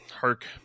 hark